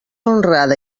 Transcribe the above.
honrada